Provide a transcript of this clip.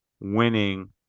winning